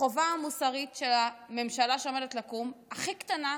החובה המוסרית של הממשלה שעומדת לקום, הכי קטנה,